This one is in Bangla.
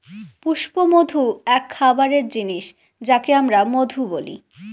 পুষ্পমধু এক খাবারের জিনিস যাকে আমরা মধু বলি